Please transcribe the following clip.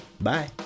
bye